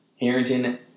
Harrington